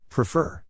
Prefer